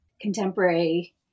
contemporary